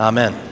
Amen